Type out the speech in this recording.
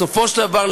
בסופו של דבר,